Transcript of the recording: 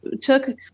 took